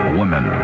women